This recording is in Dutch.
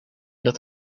dat